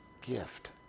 gift